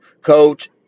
Coach